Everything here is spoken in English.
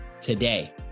today